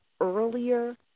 earlier